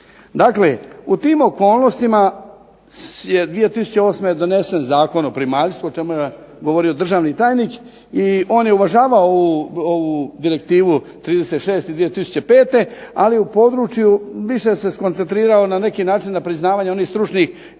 Dakle, u tim okolnostima je 2008. donesen Zakon o primaljstvu o čemu je govorio državni tajnik i on je uvažavao ovu Direktivu 36/2005, ali u području više se skoncentrirao na neki način na priznavanje onih stručnih